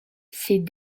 ces